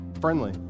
friendly